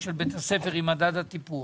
של בית הספר עם מדד הטיפוח,